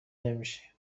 نمیشه